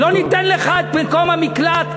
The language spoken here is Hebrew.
לא ניתן לך את מקום המקלט,